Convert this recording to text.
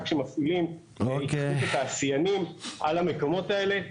שמפעילים איגוד התעשיינים על המקומות האלה.